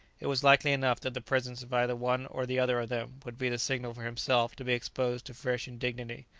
it was likely enough that the presence of either one or the other of them would be the signal for himself to be exposed to fresh indignity,